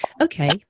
Okay